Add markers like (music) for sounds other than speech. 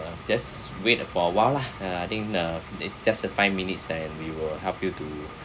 just wait uh for awhile lah uh I think ah just a five minutes and we will help you to (breath)